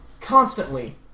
Constantly